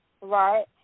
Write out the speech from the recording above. Right